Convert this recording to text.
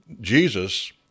Jesus